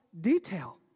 detail